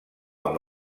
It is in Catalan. amb